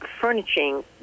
furnishing